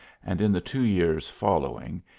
and in the two years following,